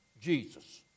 Jesus